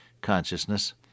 consciousness